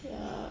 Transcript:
ya